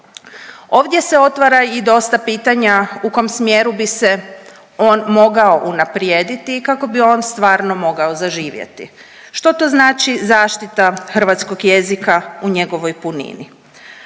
Ovdje se otvara i dosta pitanja u kom smjeru bi se on mogao unaprijediti kako bi on stvarno mogao zaživjeti. Što to znači zaštita hrvatskog jezika u njegovoj punini?